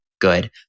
good